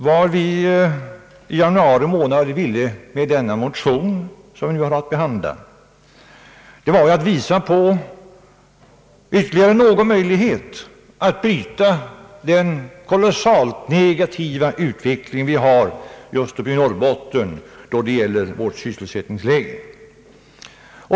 Vad vi i januari månad ville med den motion som nu behandlas var att påvisa ytterligare en möjlighet att bryta den kolossalt negativa utvecklingen just uppe i Norrbotten då det gäller sysselsättningsläget.